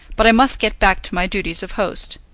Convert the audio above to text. but i must get back to my duties of host.